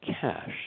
cash